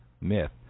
Myth